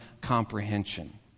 comprehension